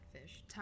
fish